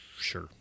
Sure